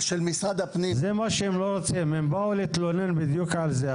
הם באו להתלונן בדיוק על זה.